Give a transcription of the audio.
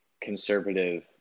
conservative